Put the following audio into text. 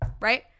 right